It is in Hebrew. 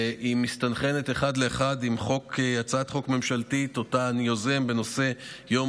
והיא מסתנכרנת אחד לאחד עם הצעת חוק ממשלתית שאני יוזם בנושא יום